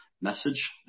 message